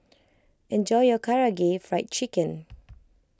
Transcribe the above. enjoy your Karaage Fried Chicken